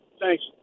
Thanks